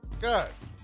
Guys